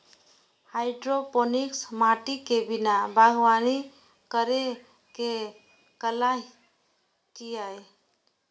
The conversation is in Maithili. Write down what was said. हाइड्रोपोनिक्स माटि के बिना बागवानी करै के कला छियै